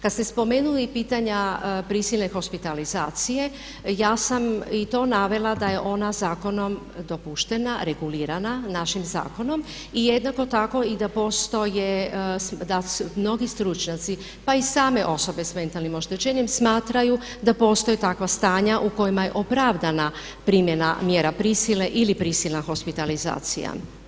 Kada ste spomenuli i pitanja prisilne hospitalizacije ja sam i to navela da je ona zakonom dopuštena, regulirana našim zakonom i jednako tako i da postoje, da mnogi stručnjaci pa i same osobe sa mentalnim oštećenjem smatraju da postoje takva stanja u kojima je opravdana primjena mjera prisile ili prisilna hospitalizacija.